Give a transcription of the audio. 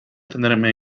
tenerme